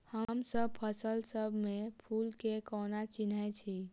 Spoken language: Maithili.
हमसब फसल सब मे फूल केँ कोना चिन्है छी?